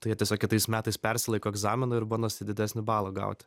tai jie tiesiog kitais metais persilaiko egzaminą ir bandosi didesnį balą gauti